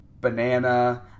banana